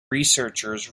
researchers